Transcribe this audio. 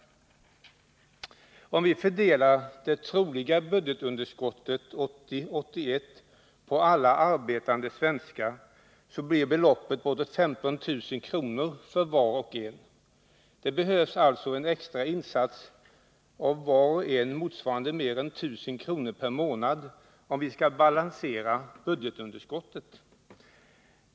Om vi fördelar det troliga budgetunderskottet 1980/81 på alla arbetande svenskar så blir beloppet bortåt 15 000 kr. för var och en. Det behövs alltså en extra insats av var och en motsvarande mer än 1 000 kr. per månad om vi skall balansera budgetunderskottet.